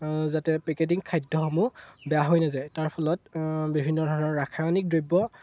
যাতে পেকেটিং খাদ্যসমূহ বেয়া হৈ নাযায় তাৰ ফলত বিভিন্ন ধৰণৰ ৰাসায়নিক দ্ৰব্য